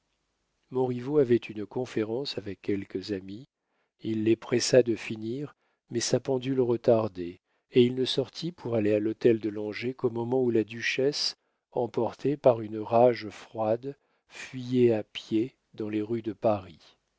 carmélite montriveau avait une conférence avec quelques amis il les pressa de finir mais sa pendule retardait et il ne sortit pour aller à l'hôtel de langeais qu'au moment où la duchesse emportée par une rage froide fuyait à pied dans les rues de paris